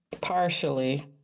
partially